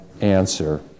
answer